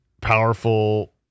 powerful